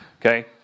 okay